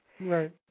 Right